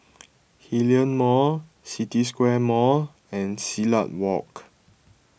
Hillion Mall City Square Mall and Silat Walk